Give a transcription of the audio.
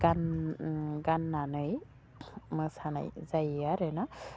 गान गान्नानै मोसानाय जायो आरोना